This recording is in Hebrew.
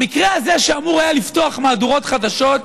המקרה הזה, שאמור היה לפתוח מהדורות חדשות,